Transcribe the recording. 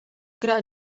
gra